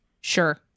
sure